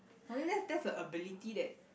I think that's that's a ability that